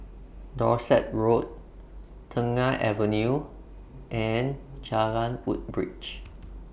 Dorset Road Tengah Avenue and Jalan Woodbridge